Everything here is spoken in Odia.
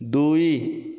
ଦୁଇ